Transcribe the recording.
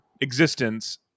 existence